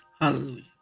hallelujah